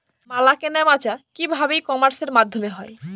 মাল কেনাবেচা কি ভাবে ই কমার্সের মাধ্যমে হয়?